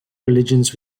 religions